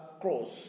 cross